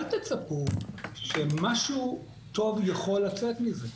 אל תצפו שמשהו טוב יכול לצאת מזה.